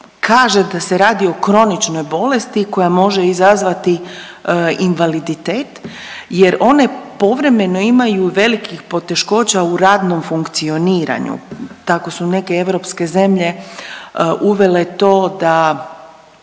kaže da se radi o kroničnoj bolesti koja može izazvati invaliditet jer one povremeno imaju velikih poteškoća u radnom funkcioniranju. Tako su neke europske zemlje uvele to da